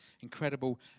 Incredible